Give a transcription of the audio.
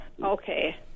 Okay